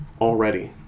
already